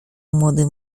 młody